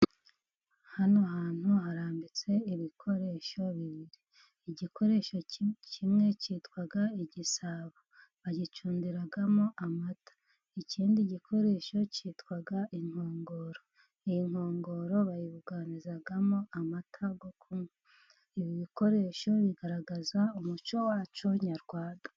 Hano hantu harambitse ibikoresho bibiri. Igikoresho kimwe cyitwa igisabo bagicundiramo amata, ikindi gikoresho cyitwa inkongoro. Inkongoro bayibuganirizamo amata, ibi bikoresho bigaragaza umuco wacu nyarwanda.